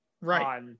Right